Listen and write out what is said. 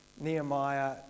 Nehemiah